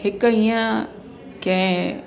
हिक ईंअ कंहिं